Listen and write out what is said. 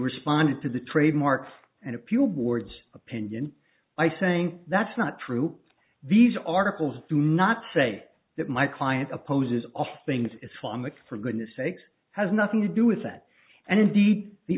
responded to the trademark and a few boards opinion by saying that's not true these articles do not say that my client opposes off things is fun but for goodness sakes has nothing to do with that and indeed the